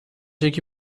یکی